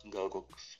gal koks